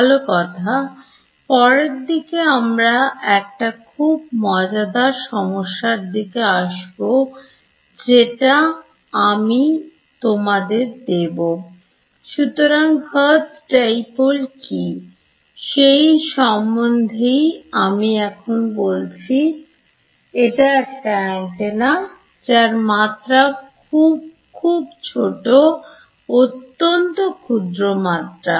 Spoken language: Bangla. ভালো কথা পরের দিকে আমরা একটা খুব মজাদার সমস্যা র দিকে আসবো সেটা আমি তোমাদের দেব সুতরাং Hertz Dipole কি সেই সম্বন্ধেইআমি এখন বলছি এটা একটা অ্যান্টেনা যার মাত্রা খুব খুব ছোটঅত্যন্ত ক্ষুদ্র মাত্রা